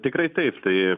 tikrai taip tai